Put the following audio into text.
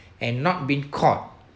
and not been caught